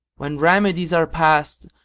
when remedies are past,